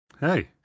Hey